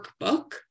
Workbook